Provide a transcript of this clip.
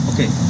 Okay